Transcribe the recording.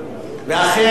ואכן,